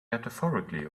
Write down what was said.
metaphorically